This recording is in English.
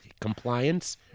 compliance